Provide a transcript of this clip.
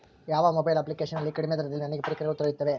ಯಾವ mobile application ನಲ್ಲಿ ಕಡಿಮೆ ದರದಲ್ಲಿ ನನಗೆ ಪರಿಕರಗಳು ದೊರೆಯುತ್ತವೆ?